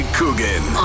Coogan